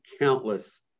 countless